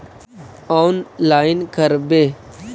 Online करवे?